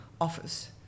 office